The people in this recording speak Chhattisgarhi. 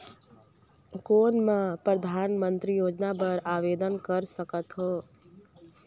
कौन मैं परधानमंतरी योजना बर आवेदन कर सकथव?